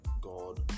God